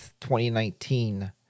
2019